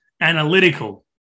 analytical